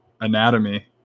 anatomy